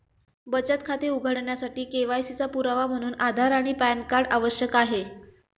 बचत खाते उघडण्यासाठी के.वाय.सी चा पुरावा म्हणून आधार आणि पॅन कार्ड आवश्यक आहे